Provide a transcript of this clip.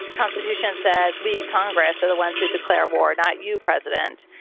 constitution says we congress are the ones who declare war, not you, president,